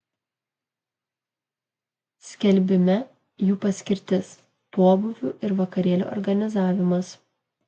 skelbime jų paskirtis pobūvių ir vakarėlių organizavimas